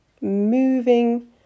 moving